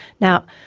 now,